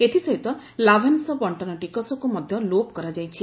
ଏଥିସହିତ ଲାଭାଂଶ ବଣ୍ଟନ ଟିକସକୁ ମଧ୍ୟ ଲୋପ୍ କରାଯାଇଛି